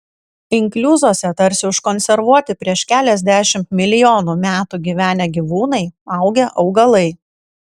inkliuzuose tarsi užkonservuoti prieš keliasdešimt milijonų metų gyvenę gyvūnai augę augalai